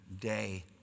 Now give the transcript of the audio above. day